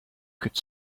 could